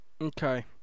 Okay